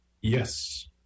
Yes